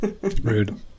Rude